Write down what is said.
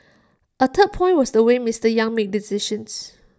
A third point was the way Mister yang made decisions